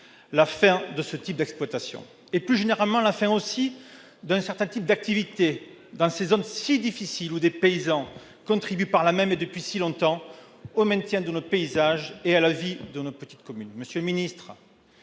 la fin de ce type d'exploitation et, plus généralement aussi, la fin d'un certain type d'activités, dans ces zones si difficiles, où des paysans contribuent depuis si longtemps au maintien de nos paysages et à la vie de nos petites communes. Monsieur le ministre,